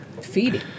feeding